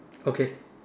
okay